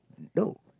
no